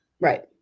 right